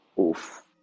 Oof